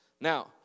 Now